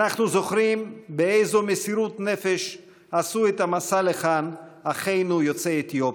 אנחנו זוכרים באיזו מסירות נפש עשו את המסע לכאן אחינו יוצאי אתיופיה,